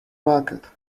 market